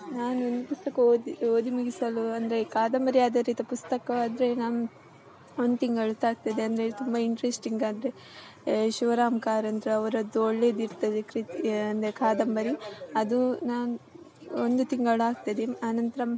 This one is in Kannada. ನಾನೊಂದು ಪುಸ್ತಕ ಓದಿ ಓದಿ ಮುಗಿಸಲು ಅಂದರೆ ಕಾದಂಬರಿ ಆಧಾರಿತ ಪುಸ್ತಕವಾದರೆ ನಮ್ಮ ಒಂದು ತಿಂಗಳು ತಾಗ್ತದೆ ಅಂದರೆ ತುಂಬ ಇಂಟ್ರೆಸ್ಟಿಂಗ್ ಆದರೆ ಶಿವರಾಮ್ ಕಾರಂತ್ರು ಅವರದ್ದು ಒಳ್ಳೆಯದಿರ್ತದೆ ಕೃತಿ ಅಂದರೆ ಕಾದಂಬರಿ ಅದೂ ನಾನು ಒಂದು ತಿಂಗಳಾಗ್ತದೆ ಆನಂತ್ರ